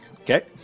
Okay